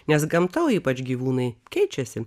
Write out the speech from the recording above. nes gamta o ypač gyvūnai keičiasi